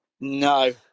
No